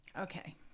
okay